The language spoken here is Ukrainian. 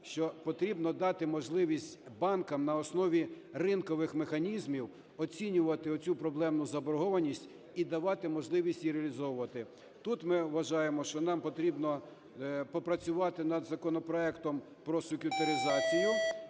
що потрібно дати можливість банкам на основі ринкових механізмів оцінювати оцю проблемну заборгованість і давати можливість її реалізовувати. Тут ми вважаємо, що нам потрібно попрацювати над законопроектом про сек'ютеризацію.